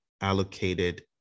allocated